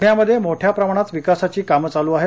पुण्यामध्ये मोठ्या प्रमाणात विकासाची कामे चालू आहेत